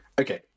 Okay